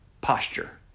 posture